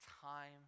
time